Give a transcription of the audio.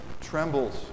trembles